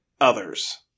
others